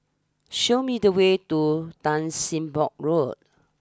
show me the way to Tan Sim Boh Road